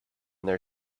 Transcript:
their